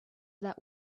that